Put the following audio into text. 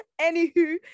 Anywho